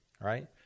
right